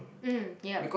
uh yep